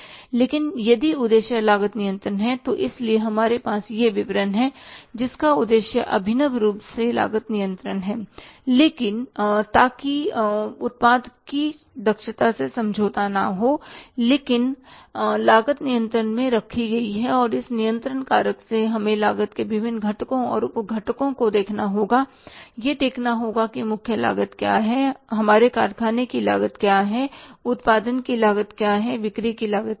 लेकिन यदि उद्देश्य लागत नियंत्रण है तो इसीलिए हमारे पास यह विवरण है जिसका उद्देश्य अभिनव रूप से लागत नियंत्रण है ताकि उत्पाद की दक्षता से समझौता न हो लेकिन लागत नियंत्रण में रखी गई है और इस नियंत्रण कारण से हमें लागत के विभिन्न घटकों और उप घटकों को देखना होगा यह देखना होगा कि मुख्य लागत क्या है हमारे कारखाने की लागत क्या है उत्पादन की लागत क्या है बिक्री की लागत क्या है